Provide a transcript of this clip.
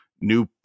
new